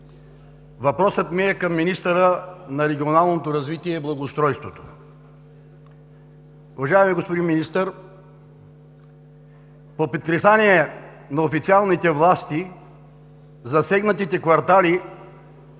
Въпросът ми е към министъра на регионалното развитие и благоустройството. Уважаеми господин Министър, по предписание на официалните власти засегнатите квартали